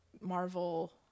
marvel